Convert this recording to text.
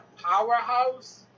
powerhouse